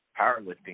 Powerlifting